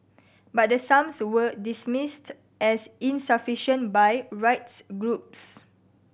but the sums were dismissed as insufficient by rights groups